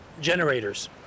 generators